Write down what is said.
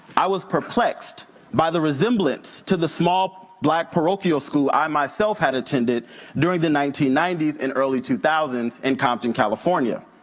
i was perplexed by the resemblance to the small black parochial school i myself had attended during the nineteen ninety s and early two thousand s in compton, california.